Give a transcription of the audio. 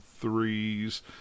threes